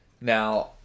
now